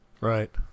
Right